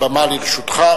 הבמה לרשותך.